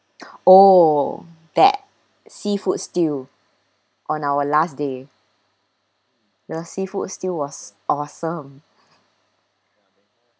oh that seafood stew on our last day the seafood stew was awesome